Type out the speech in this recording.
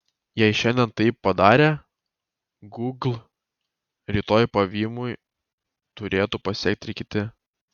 jei šiandien tai padarė gūgl rytoj pavymui turėtų pasekti ir kiti